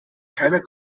keiner